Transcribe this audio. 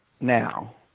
now